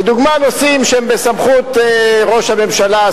לדוגמה נושאים שהם בסמכות ראש הממשלה,